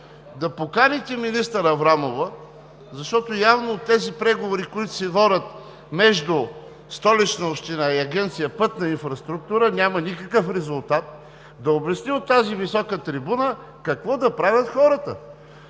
да поканите министър Аврамова, защото явно от тези преговори, които се водят между Столична община и Агенция „Пътна инфраструктура“ няма никакъв резултат, да обясни от тази висока трибуна какво да правят хората!